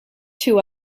two